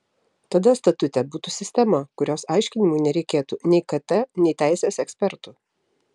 tada statute būtų sistema kurios aiškinimui nereikėtų nei kt nei teisės ekspertų